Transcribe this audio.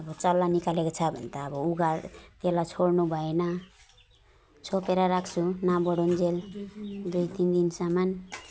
अब चल्ला निकालेको छ भने त अब उगरेर त्यसलाई छोड्नु भएन छोपेर राख्छु नबढुन्जेल दुई तिन दिनसम्म